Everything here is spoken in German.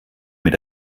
mit